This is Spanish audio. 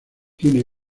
tiene